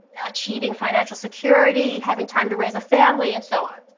achieving financial security, having time to raise a family, and so on.